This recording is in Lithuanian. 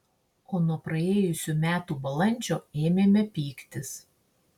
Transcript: o nuo praėjusių metų balandžio ėmėme pyktis